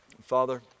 Father